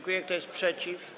Kto jest przeciw?